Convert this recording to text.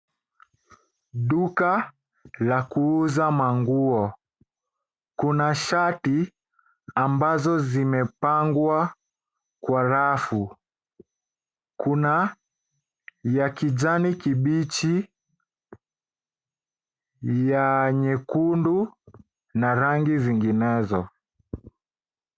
Duka la kuuza manguo. Kuna shati ambazo zimepangwa kwa rafu. Kuna ya kijani kibichi, ya nyekundu na rangi zinginezo.